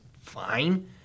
fine